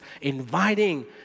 inviting